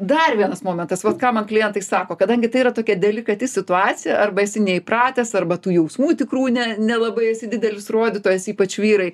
dar vienas momentas vat ką man klientai sako kadangi tai yra tokia delikati situacija arba esi neįpratęs arba tų jausmų tikrų ne nelabai esi didelis rodytojas ypač vyrai